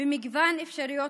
במגוון אפשרויות